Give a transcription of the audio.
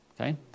okay